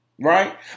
Right